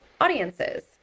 audiences